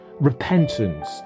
repentance